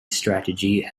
strategy